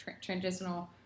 transitional